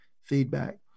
feedback